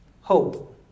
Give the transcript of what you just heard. hope